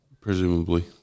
Presumably